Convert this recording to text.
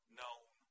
known